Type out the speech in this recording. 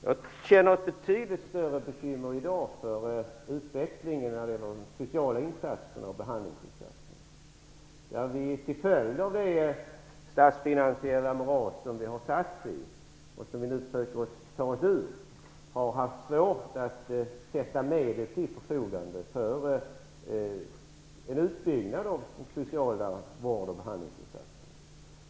Jag känner i dag betydligt större bekymmer för utvecklingen när det gäller de sociala insatserna och behandlingsinsatser. Vi har till följd av det statsfinansiella moras som vi satts i och som vi försöker att ta oss ur haft svårt att ställa medel till förfogande för en utbyggnad av de sociala vård och behandlingsinsatserna.